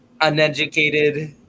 uneducated